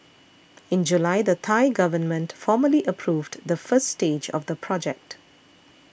in July the Thai government formally approved the first stage of the project